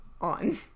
on